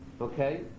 Okay